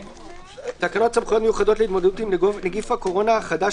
תקנות סמכויות מיוחדות להתמודדות עם נגיף הקורונה החדש